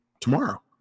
tomorrow